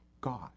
God